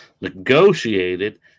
negotiated